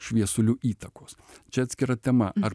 šviesulių įtakos čia atskira tema ar